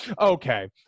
Okay